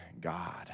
God